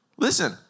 Listen